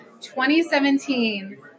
2017